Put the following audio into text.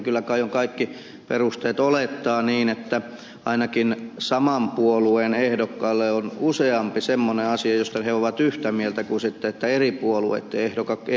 kyllä kai on kaikki perusteet olettaa niin että ainakin saman puolueen ehdokkailla on useampi semmoinen asia josta he ovat yhtä mieltä kuin eri puolueitten ehdokkailla keskenään